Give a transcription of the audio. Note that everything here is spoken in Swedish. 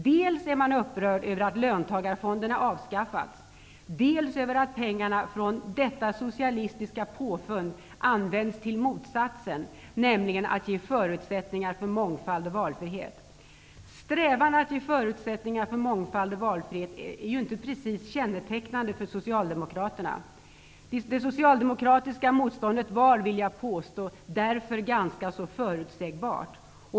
Man är upprörd, dels över att löntagarfonderna avskaffats, dels över att pengarna från detta socialistiska påfund används till motsatsen -- att ge förutsättningar för mångfald och valfrihet. Strävan att ge förutsättningar för mångfald och valfrihet är inte precis kännetecknande för Socialdemokraterna. Det socialdemokratiska motståndet var, vill jag påstå, därför ganska förutsägbart.